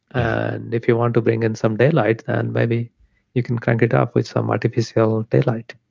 and if you want to bring in some daylight, then maybe you can crank it up with some artificial daylight.